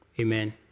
Amen